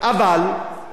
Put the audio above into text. איך אומרים,